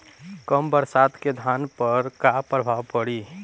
कम बरसात के धान पर का प्रभाव पड़ी?